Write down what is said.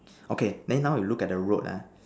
okay then now we look at the road ah